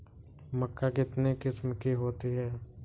मक्का कितने किस्म की होती है?